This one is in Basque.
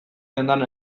dendan